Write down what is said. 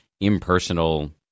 impersonal